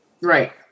right